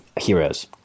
Heroes